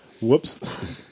Whoops